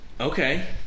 Okay